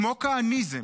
כמו כהניזם,